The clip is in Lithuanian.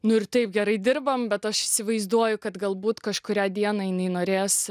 nu ir taip gerai dirbame bet aš įsivaizduoju kad galbūt kažkurią dieną jinai norės